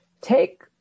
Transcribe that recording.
Take